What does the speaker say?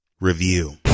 review